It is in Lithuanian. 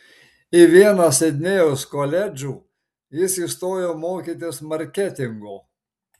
į vieną sidnėjaus koledžų jis įstojo mokytis marketingo